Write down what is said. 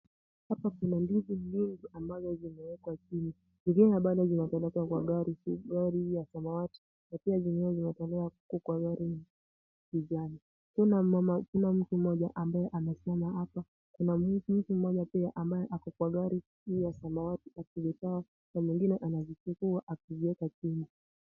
Hapa kuna ndizi nyingi ambazo zimewekwa chini. Zingine bado zinapelekwa kwa gari ya samawati na pia zingine zinapelekwa huko kwa gari kijani . Kuna mtu mmoja ambaye anasimama hapa. Kuna mtu mmoja pia ambaye ako kwa gari hiyo ya samawati na mwingine anazichukua akiziweka chini.